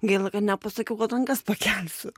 gaila kad nepasakiau kad rankas pakelsiu